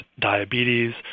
diabetes